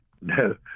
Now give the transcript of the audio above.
No